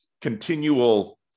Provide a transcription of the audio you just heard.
continual